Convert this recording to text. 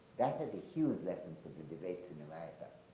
that is a huge lesson for the debates in america,